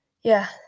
Yeah